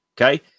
Okay